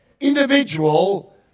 individual